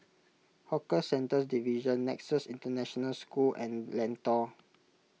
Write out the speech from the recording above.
Hawker Centres Division Nexus International School and Lentor